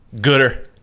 gooder